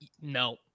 no